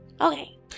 Okay